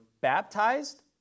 baptized